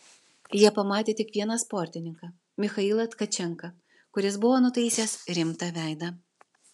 jie pamatė tik vieną sportininką michailą tkačenką kuris buvo nutaisęs rimtą veidą